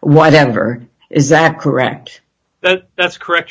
whatever is that correct that's correct